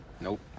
Nope